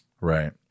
Right